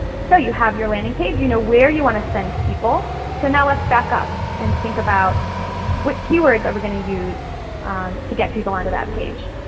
so you have your landing page. you know where you want to send people. so now let's back up and think about what keywords we're going to use to get people on to that page.